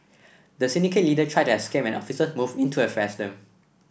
the syndicate leader tried to escape when officer moved in to arrest them